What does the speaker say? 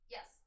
Yes